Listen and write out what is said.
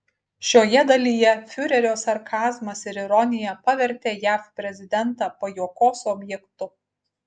šioje dalyje fiurerio sarkazmas ir ironija pavertė jav prezidentą pajuokos objektu